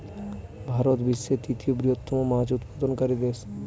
ভারত বিশ্বের তৃতীয় বৃহত্তম মাছ উৎপাদনকারী দেশ